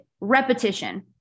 repetition